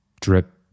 drip